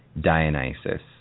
Dionysus